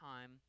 time